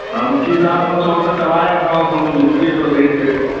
हा मुखी साहब खां चए त चवाए वठांव थोरो ॾिसी वठो रेट ॿेट